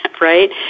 right